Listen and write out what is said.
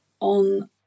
on